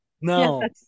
No